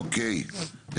אוקיי,